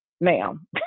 ma'am